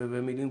וזה חייב לקרות.